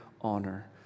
honor